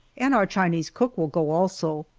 and our chinese cook will go also.